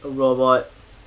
a robot